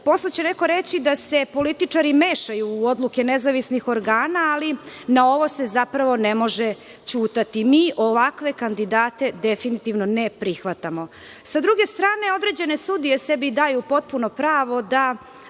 Posle će neko reći da se političari mešaju u odluke nezavisnih organa, ali na ovo se zapravo ne može ćutati. Mi ovakve kandidate definitivno ne prihvatamo. Sa druge strane, određene sudije sebi daju potpuno pravo da